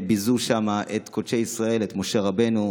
ביזו שם את קודשי ישראל, את משה רבנו,